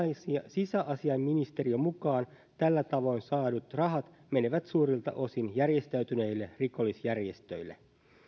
sisäasiainministeriön mukaan tällä tavoin saadut rahat menevät suurilta osin järjestäytyneille rikollisjärjestöille